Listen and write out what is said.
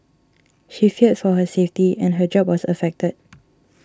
she feared for her safety and her job was affected